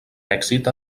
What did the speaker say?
èxit